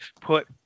put